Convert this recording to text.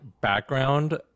background